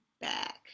back